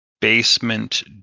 basement